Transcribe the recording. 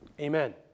amen